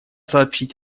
сообщить